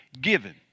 given